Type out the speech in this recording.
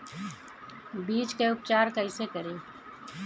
बीज उपचार कईसे करी?